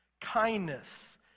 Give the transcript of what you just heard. kindness